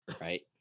right